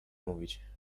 mówić